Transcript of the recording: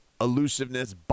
elusiveness